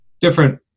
different